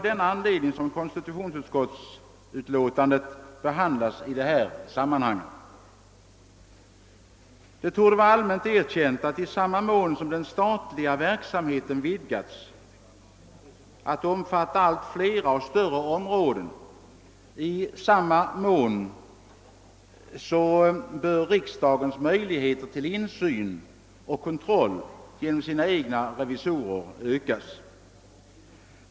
Det torde vara allmänt erkänt att i samma mån som den statliga verksamheten vidgas till att omfatta allt flera och allt större områden bör riksdagens möjligheter till insyn och kontroll genom sina egna revisorer ökas.